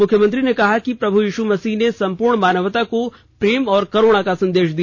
मुख्यमंत्री ने कहा कि प्रभु यीशु मसीह ने सम्पूर्ण मानवता को प्रेम और करूणा का संदेश दिया